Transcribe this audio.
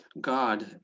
God